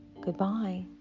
Goodbye